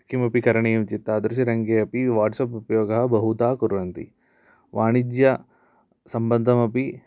किमपि करणीयं चेत् तादृशरङ्गे वाट्सप् उपयोगः बहुधा कुर्वन्ति वाणिज्यसम्बद्धमपि